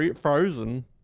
frozen